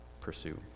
pursue